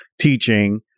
teaching